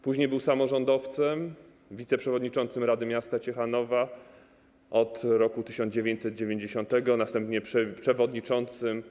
Później był samorządowcem, wiceprzewodniczącym Rady Miasta Ciechanowa od roku 1990, a następnie przewodniczącym tej rady.